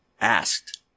asked